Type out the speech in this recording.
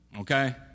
okay